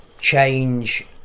change